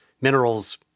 minerals